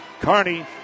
Carney